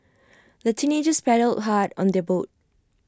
the teenagers paddled hard on their boat